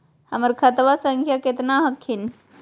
हमर खतवा संख्या केतना हखिन?